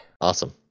Awesome